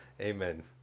Amen